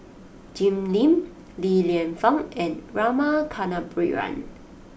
Jim Lim Li Lienfung and Rama Kannabiran